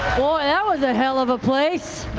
boy, that was a hell of a place.